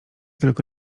tylko